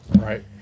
right